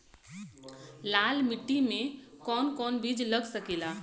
लाल मिट्टी में कौन कौन बीज लग सकेला?